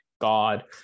God